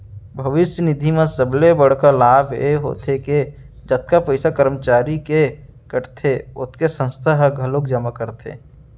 भविस्य निधि म सबले बड़का लाभ ए होथे के जतका पइसा करमचारी के कटथे ओतके संस्था ह घलोक जमा करथे